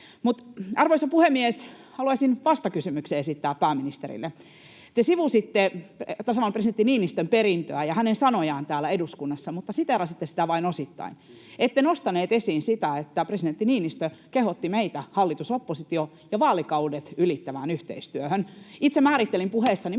Arvoisa puhemies! Mutta haluaisin vastakysymyksen esittää pääministerille. Te sivusitte tasavallan presidentti Niinistön perintöä ja hänen sanojaan täällä eduskunnassa, mutta siteerasitte sitä vain osittain. Ette nostanut esiin sitä, että presidentti Niinistö kehotti meitä hallitus—opposition ja vaalikaudet ylittävään yhteistyöhön. Itse määrittelin puheessani,